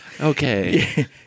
Okay